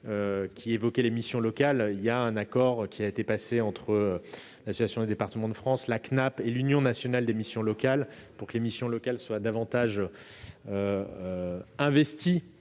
qui évoquait les missions locales, qu'un accord a été passé entre l'Assemblée des départements de France, la Cnape et l'Union nationale des missions locales, pour que les missions locales soient davantage investies